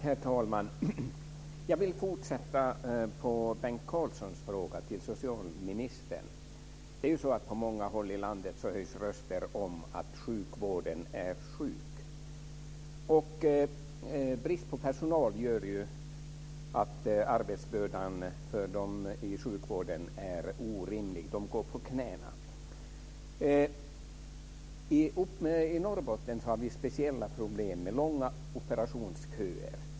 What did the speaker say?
Herr talman! Jag vill fortsätta på Leif Carlsons fråga till socialministern. Det är ju så att det på många håll i landet höjs röster om att sjukvården är sjuk. Brist på personal gör att arbetsbördan för dem i sjukvården är orimlig. De går på knäna. I Norrbotten har vi speciella problem med långa operationsköer.